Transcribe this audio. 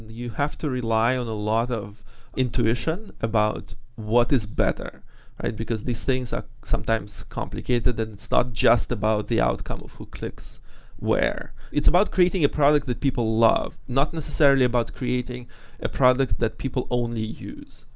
you have to rely on a lot of intuition about what is better because these things are sometimes complicated and it's not just about the outcome of who clicks where. it's about creating a product that people love. not necessarily about creating a product that people only use.